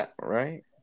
Right